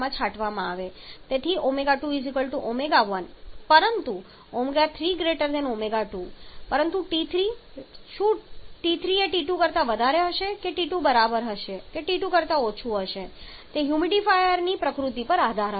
તેથી તે મુજબ ω2 ω1 પરંતુ ω3 ω2 પરંતુ T3 શું T3 એ T2 કરતા વધારે હશે કે T2 બરાબર હશે કે T2 કરતા ઓછું હશે તે હ્યુમિડિફાયરની પ્રકૃતિ પર આધારિત હશે